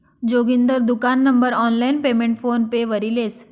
जोगिंदर दुकान नं online payment PhonePe वरी लेस